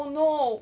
oh no